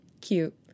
cute